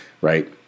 Right